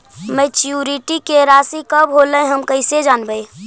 Maturity के रासि कब होलै हम कैसे जानबै?